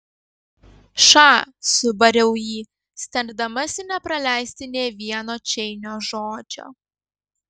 ša subariau jį stengdamasi nepraleisti nė vieno čeinio žodžio